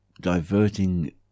diverting